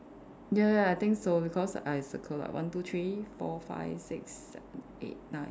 ya ya I think so because I circle like one two three four five six seven eight nine